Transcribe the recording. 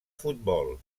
futbol